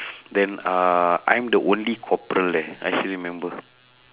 then uh I'm the only corporal leh I still remember